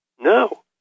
No